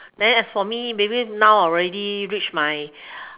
then as for me maybe now I already reach my